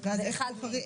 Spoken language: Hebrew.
מתי בפעם האחרונה פרסמתם?